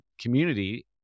community